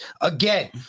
again